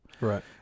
right